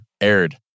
aired